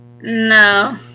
No